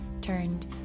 turned